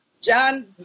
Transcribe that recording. John